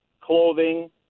clothing